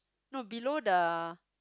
no below the